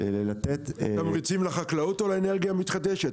תמריצים לחקלאות או לאנרגיה המתחדשת?